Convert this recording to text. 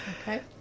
Okay